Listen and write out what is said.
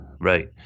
Right